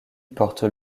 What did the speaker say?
porte